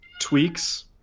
tweaks